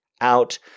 out